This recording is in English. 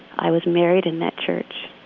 i was married in that church.